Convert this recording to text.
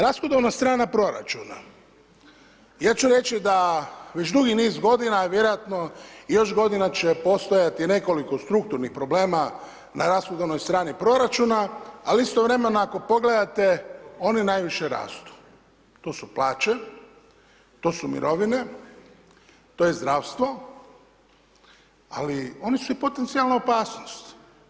Rashodovna strana proračuna, ja ću reći, da dugi niz godina, vjerojatno i još godina će postojati nekoliko strukturnih problema na rashodovnoj strani proračuna, ali istovremeno, ako pogledate oni najviše rastu, to su plaću, to su mirovine, to je zdravstvo, ali oni su i potencijalna opasnost.